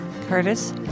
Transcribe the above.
Curtis